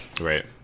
Right